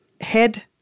head